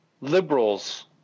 liberals